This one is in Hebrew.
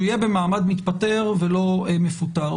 שהוא יהיה במעמד מתפטר ולא מפוטר.